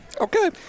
Okay